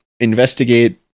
Investigate